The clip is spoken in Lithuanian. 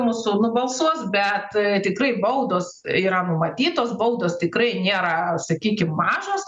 mūsų nubalsuos bet tikrai baudos yra numatytos baudos tikrai nėra sakykim mažos